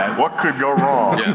what could go wrong?